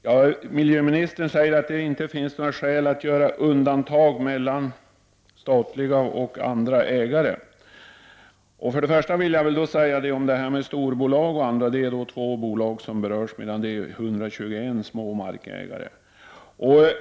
Herr talman! Miljöministern säger att det inte finns skäl att göra någon skillnad mellan statliga och andra ägare. Det är alltså två storbolag som berörs men 121 små markägare.